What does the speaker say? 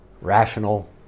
Rational